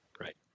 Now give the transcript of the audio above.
Right